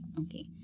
okay